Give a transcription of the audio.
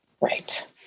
Right